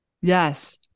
Yes